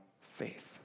faith